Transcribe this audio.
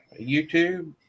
YouTube